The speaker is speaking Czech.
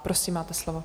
Prosím, máte slovo.